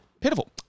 Pitiful